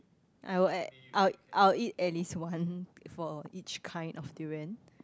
I will at I'll I'll eat at least one for each kind of durian